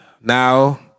Now